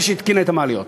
זו שהתקינה את המעליות.